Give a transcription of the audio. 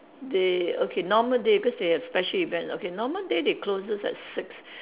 they okay normal day cause they have special event okay normal day they closes at six